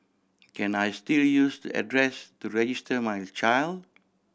can I still use the address to register my child